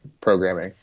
programming